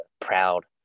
proud